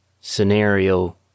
scenario